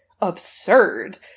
absurd